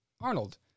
Arnold